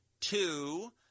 two